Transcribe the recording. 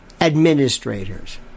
administrators